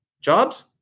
Jobs